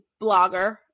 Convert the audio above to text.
blogger